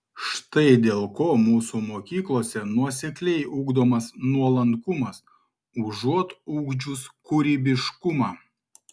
štai dėl ko mūsų mokyklose nuosekliai ugdomas nuolankumas užuot ugdžius kūrybiškumą